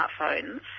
smartphones